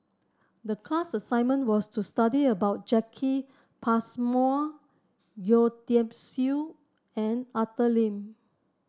the class assignment was to study about Jacki Passmore Yeo Tiam Siew and Arthur Lim